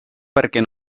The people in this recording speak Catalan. perquè